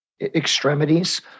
extremities